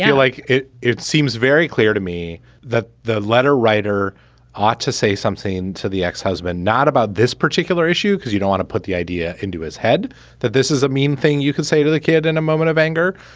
yeah like it? it seems very clear to me that the letter writer ought to say something to the ex-husband, not about this particular issue, because you don't want to put the idea into his head that this is a mean thing you can say to the kid in a moment of anger.